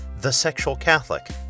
thesexualcatholic